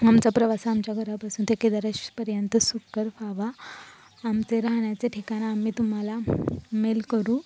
आमचा प्रवास हा आमच्या घरापासून ते केदारेश्वरपर्यंत सुकर व्हावा आमचे राहण्याचे ठिकाण आम्ही तुम्हाला मेल करू